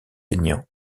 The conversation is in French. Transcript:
aignan